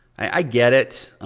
i get it.